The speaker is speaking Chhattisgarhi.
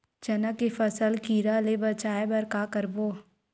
चना के फसल कीरा ले बचाय बर का करबो?